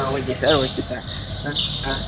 ah okay sir okay sir